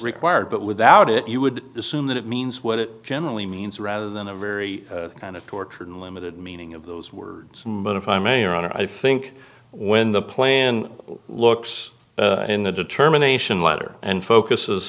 required but without it you would assume that it means what it generally means rather than a very kind of torture unlimited meaning of those words but if i may run i think when the plan looks in the determination letter and focus